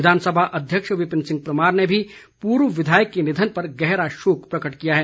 विधानसभा अध्यक्ष विपिन सिंह परमार ने भी पूर्व विधायक के निधन पर गहरा शोक प्रकट किया है